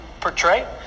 portray